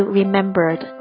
remembered